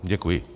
Děkuji.